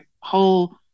whole